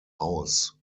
aus